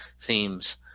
themes